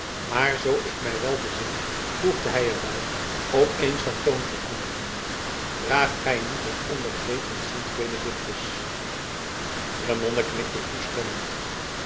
maar zoo ik mij wel bezin voegde hij er bij op eens van toon veranderende draagt gij niet het ordekleed van sint benedictus de monnik knikte toestemmend